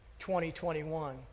2021